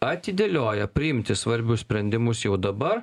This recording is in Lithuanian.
atidėlioja priimti svarbius sprendimus jau dabar